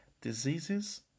diseases